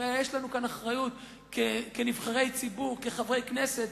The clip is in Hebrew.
הרי יש לנו אחריות כנבחרי ציבור, כחברי כנסת,